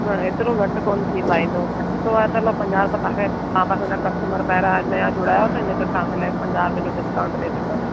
न हेतिरो घटि कोनि थी पाईंदो अठ सौ आहे त मां पंजाहु रुपिया त तव्हांखे तव्हां असांजा कस्टमर पहिरियां नया जुड़िया आहियो त इन क तव्हांजे लाइ पंजाहु रुपए डिस्काउंट ॾेई सघंदासीं